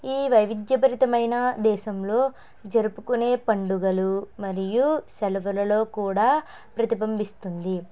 ఈ వైవిద్య భరితమైన దేశంలో జరుపుకునే పండుగలు మరియు సెలవులలో కూడా ప్రతిభింబిస్తుంది